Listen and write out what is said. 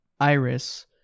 Iris